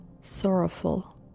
sorrowful